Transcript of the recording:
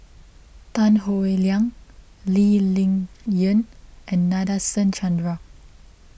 Tan Howe Liang Lee Ling Yen and Nadasen Chandra